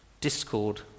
discord